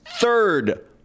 third